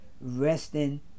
resting